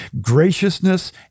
Graciousness